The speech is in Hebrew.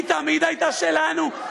היא תמיד הייתה שלנו,